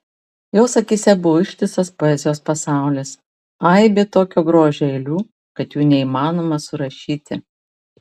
jos akyse buvo ištisas poezijos pasaulis aibė tokio grožio eilių kad jų neįmanoma surašyti